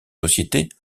sociétés